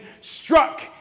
struck